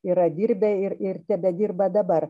yra dirbę ir ir tebedirba dabar